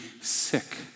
sick